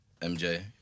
MJ